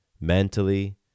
mentally